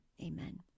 Amen